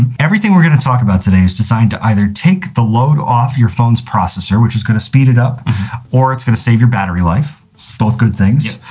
and everything we're going to talk about today is designed to either take the load off your phone's processor which is going to speed it up or it's going to save your battery life both good things.